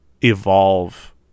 evolve